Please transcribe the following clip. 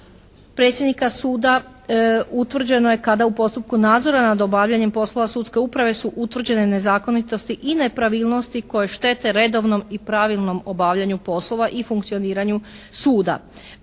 predsjednika suda utvrđeno je kada u postupku nadzora nad obavljanjem poslova sudske uprave su utvrđene nezakonitosti i nepravilnosti koje štete redovnom i pravilnom obavljanju poslova i funkcioniranju suda.